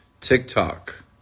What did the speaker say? tiktok